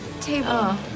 Table